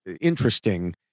interesting